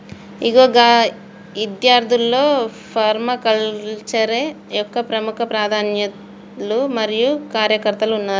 ఇగో గా ఇద్యార్థుల్లో ఫర్మాకల్చరే యొక్క ప్రముఖ ఉపాధ్యాయులు మరియు కార్యకర్తలు ఉన్నారు